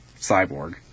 Cyborg